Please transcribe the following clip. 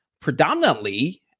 predominantly